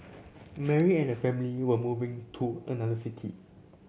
Mary and her family were moving to another city